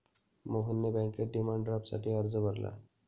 मोहनने बँकेत डिमांड ड्राफ्टसाठी अर्ज भरला